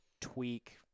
tweak